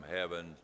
heaven